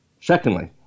Secondly